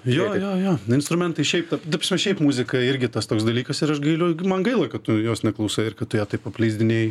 jo jo jo instrumentai šiaip ta da psme šiaip muzika irgi tas toks dalykas ir aš gailiu man gaila kad jos neklausai ir kad tu ją taip apleisdinėji